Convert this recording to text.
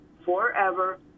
Forever